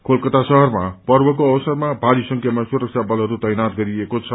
कोलकाता शहरमा पर्वकरो अवसरमा भारी संख्यामा सुरक्षा बलहरू तैनात गरिएको छ